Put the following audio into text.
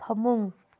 ꯐꯃꯨꯡ